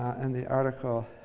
and the article